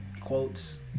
quotes